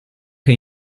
che